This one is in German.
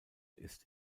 ist